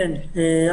קודם כול,